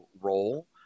role